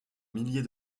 millier